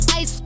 ice